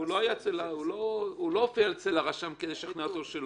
ופה אפשר להחליט שזה מטעמים מיוחדים ובנסיבות מיוחדות.